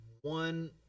one